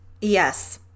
Yes